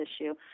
issue